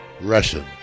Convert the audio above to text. Russian